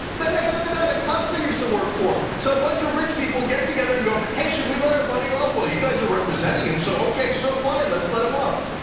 that hey, look at that acosta used to work for. so a bunch of rich people get together and go, hey, should we let our buddy off? well, you guys are representing him. so okay, so fine. let's let him off.